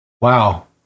Wow